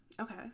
Okay